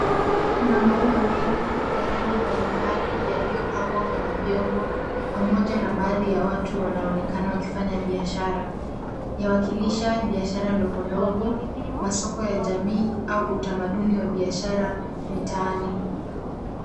Kuna maua mengi ya rangi mbalimbali yaliyopangwa kwenye vyombo, pamoja na baadhi ya watu wanaonekana wakifanya biashara. Yawakilisha biashara ndogo ndogo, masoko ya jamii, au utamaduni wa biashara, mitaani.